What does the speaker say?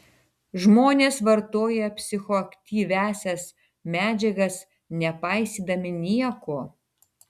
žmonės vartoja psichoaktyviąsias medžiagas nepaisydami nieko